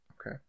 okay